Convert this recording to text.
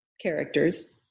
characters